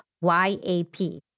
Y-A-P